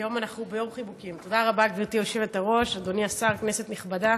השר, כנסת נכבדה,